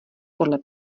podle